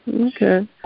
Okay